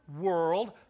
world